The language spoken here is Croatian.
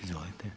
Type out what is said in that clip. Izvolite.